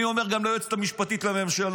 אני אומר גם ליועצת המשפטית לממשלה: